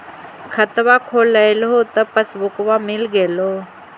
खतवा खोलैलहो तव पसबुकवा मिल गेलो?